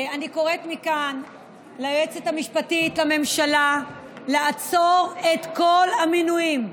אני קוראת מכאן ליועצת המשפטית לממשלה לעצור את כל המינויים.